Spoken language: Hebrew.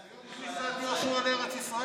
זה יום כניסת יהושע לארץ ישראל,